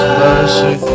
mercy